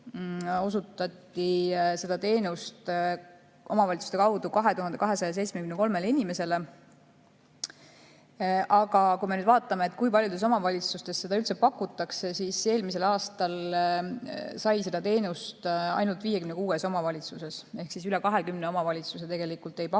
osutati seda teenust omavalitsuste kaudu 2273 inimesele. Aga kui me vaatame, kui paljudes omavalitsustes seda üldse pakutakse, siis eelmisel aastal sai seda teenust ainult 56 omavalitsuses ehk siis üle 20 omavalitsuse ei paku